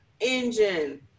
engine